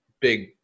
big